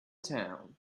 town